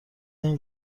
این